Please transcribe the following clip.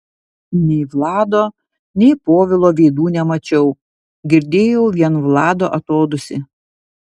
nei vlado nei povilo veidų nemačiau girdėjau vien vlado atodūsį